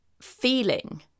feeling